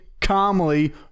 calmly